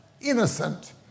innocent